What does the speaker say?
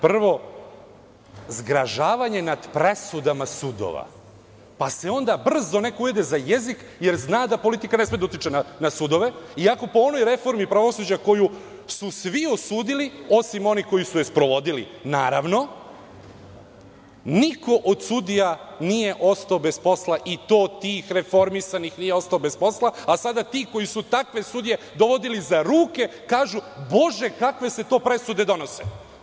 Prvo zgražavanje nad presudama sudova, pa se onda brzo neko ujede za jezik, jer zna da politika ne sme da utiče na sudove iako po onoj reformi pravosuđa koju su svi osudili, osim onih koji su je sprovodili, naravno, niko od sudija nije ostao bez posla i to tih reformisanih nije ostao bez posla, a sada ti koji su takve sudije dovodili za ruke kažu, bože kakve se to presude donose.